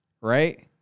Right